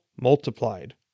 multiplied